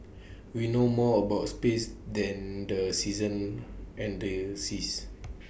we know more about space than the seasons and the seas